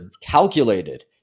calculated